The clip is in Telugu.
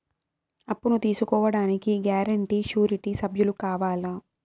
అప్పును తీసుకోడానికి గ్యారంటీ, షూరిటీ సభ్యులు కావాలా?